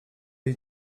jej